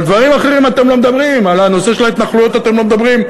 על דברים אחרים אתם לא מדברים: על הנושא של ההתנחלויות אתם לא מדברים,